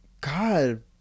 God